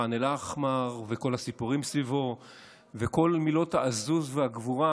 ח'אן אל-אחמר וכל הסיפורים סביבו וכל מילות העזוז והגבורה,